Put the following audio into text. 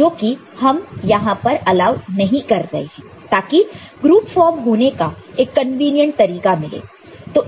जो कि हम यहां पर अलाउ नहीं कर रहे हैं ताकि ग्रुप फॉर्म होने का एक कन्वीनियंट तरीका मिले